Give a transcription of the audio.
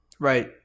Right